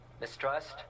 mistrust